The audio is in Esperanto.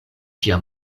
ĝia